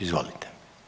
Izvolite.